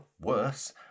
worse